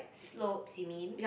slopes you mean